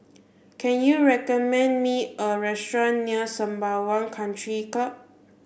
can you recommend me a restaurant near Sembawang Country Club